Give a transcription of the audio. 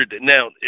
Now